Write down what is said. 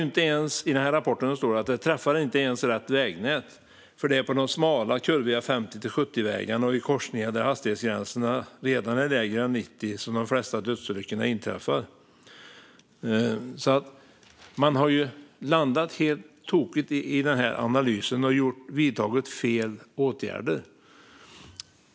I rapporten står att sänkningarna inte ens träffar rätt vägnät. Det är på de smala, kurviga 50-70-vägarna och i korsningar där hastighetsbegränsningen redan är lägre än 90 som de flesta dödsolyckor inträffar. Man har alltså landat helt tokigt i analysen och vidtagit fel åtgärder.